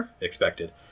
expected